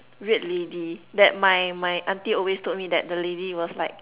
weird lady that my my auntie always told me that the lady was like